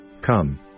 Come